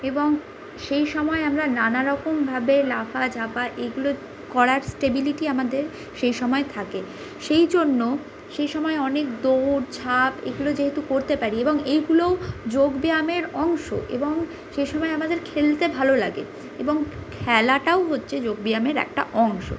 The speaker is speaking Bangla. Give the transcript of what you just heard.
এবং সেই সময় আমরা নানা রকমভাবে লাফা ঝাপা এইগুলো করার স্টেবিলিটি আমাদের সেই সময় থাকে সেই জন্য সেই সময় অনেক দৌড় ঝাপ এগুলো যেহেতু করতে পারি এবং এইগুলোও যোগব্যায়ামের অংশ এবং সে সময় আমাদের খেলতে ভালো লাগে এবং খেলাটাও হচ্ছে যোগব্যায়ামের একটা অংশ